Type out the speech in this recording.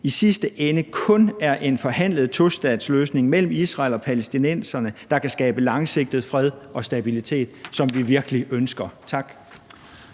i sidste ende kun er en forhandlet tostatsløsning mellem Israel og palæstinenserne, der kan skabe langsigtet fred og stabilitet, som vi virkelig ønsker. Tak.